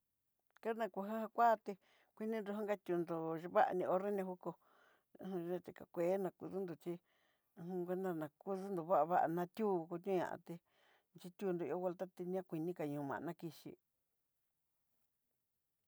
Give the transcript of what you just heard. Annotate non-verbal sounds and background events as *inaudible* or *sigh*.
Kanakujá kuá té kuini nró jó tiundó xhivané onré, nejoko aján na xhi ká kuená kudundu xhí, *hesitation* kunamá kudundú kuá va'a natió kutioña té xhitió vuelta kuina ku kañ *hesitation* ana kixhí.